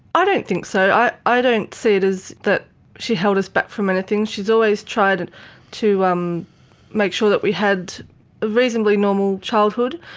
ah don't think so. i i don't see it as that she held us back from anything, she has always tried and to um make sure that we had a reasonably normal childhood,